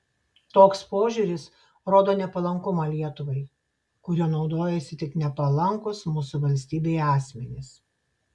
toks požiūris rodo nepalankumą lietuvai kuriuo naudojasi tik nepalankūs mūsų valstybei asmenys